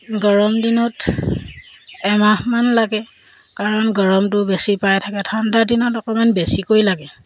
গৰমদিনত এমাহমান লাগে কাৰণ গৰমটো বেছি পাই থাকে ঠাণ্ডাদিনত অকণমান বেছিকৈ লাগে